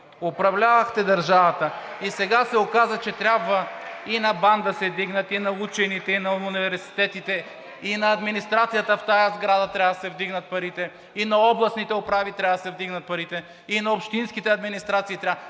Управлявахте държавата и сега се оказва (силен шум и реплики от ГЕРБ-СДС) и на БАН да се вдигнат, и на учените, и на университетите, и на администрацията в тази сграда трябва да се вдигнат парите, и на областните управи трябва да се вдигнат парите, и на общинските администрации трябва.